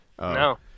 No